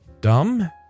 Dumb